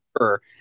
sure